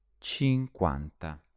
cinquanta